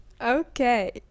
Okay